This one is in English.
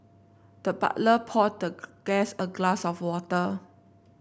the butler poured the guest a glass of water